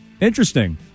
Interesting